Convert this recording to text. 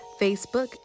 Facebook